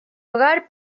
hogar